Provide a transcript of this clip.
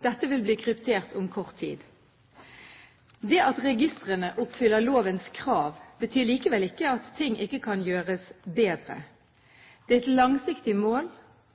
Dette vil bli kryptert om kort tid. Det at registrene oppfyller lovens krav, betyr likevel ikke at ting ikke kan gjøres bedre. Det er et langsiktig mål